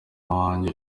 wanjye